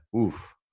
oof